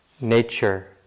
nature